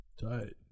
Tight